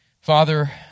Father